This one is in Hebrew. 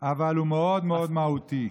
אבל הוא מאוד מאוד מהותי.